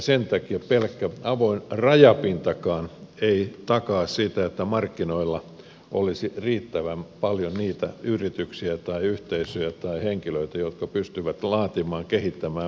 sen takia pelkkä avoin rajapintakaan ei takaa sitä että markkinoilla olisi riittävän paljon niitä yrityksiä tai yhteisöjä tai henkilöitä jotka pystyvät laatimaan kehittämään ja muuttamaan